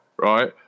right